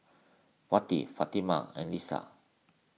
Wati Fatimah and Lisa